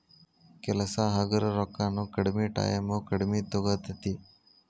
ಕೆಲಸಾ ಹಗರ ರೊಕ್ಕಾನು ಕಡಮಿ ಟಾಯಮು ಕಡಮಿ ತುಗೊತತಿ